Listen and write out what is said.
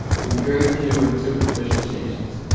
with very few and superficial changes